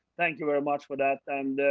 thank you very much for that, and,